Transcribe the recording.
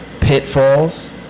pitfalls